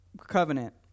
covenant